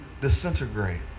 disintegrate